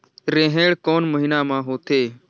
रेहेण कोन महीना म होथे?